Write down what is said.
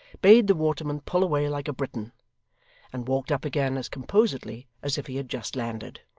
bade the waterman pull away like a briton and walked up again as composedly as if he had just landed.